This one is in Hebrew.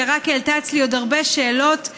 שרק העלתה אצלי עוד הרבה שאלות,